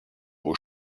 vos